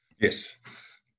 Yes